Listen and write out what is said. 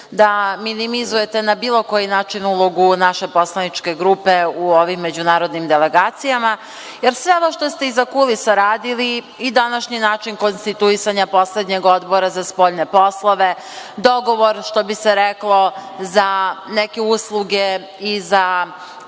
da minimizujete na bilo koji način ulogu naše poslaničke grupe u ovim međunarodnim delegacijama, jer sve ono što ste iza kulisa radili, i današnji način konstituisanja poslednjeg Odbora za spoljne poslove, dogovor, što bi se reklo, za neke usluge i za